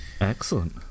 Excellent